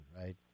right